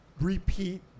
repeat